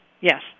yes